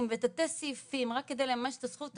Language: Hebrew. ותתי סעיפים רק כדי לממש את הזכות,